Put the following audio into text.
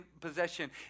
possession